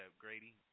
Grady